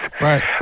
Right